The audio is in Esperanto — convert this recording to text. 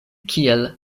kiel